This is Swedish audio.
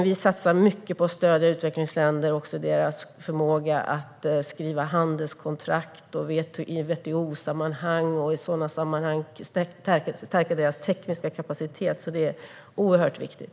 Vi satsar mycket på att förbättra utvecklingsländers förmåga att skriva handelskontrakt, till exempel i WTO-sammanhang. I sådana sammanhang vill vi också stärka deras tekniska kapacitet. Det är oerhört viktigt.